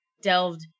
delved